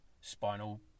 spinal